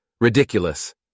Ridiculous